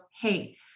Hey